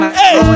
hey